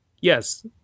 Yes